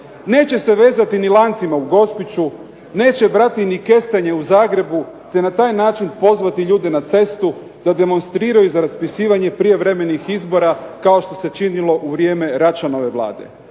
neće se vezati ni lancima u Gospiću, neće brati ni kestenje u Zagrebu, te na taj način pozvati ljude na cestu da demonstriraju za raspisivanje prijevremenih izbora kao što se činilo u vrijeme Račanove Vlade.